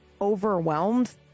overwhelmed